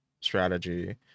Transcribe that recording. strategy